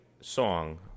song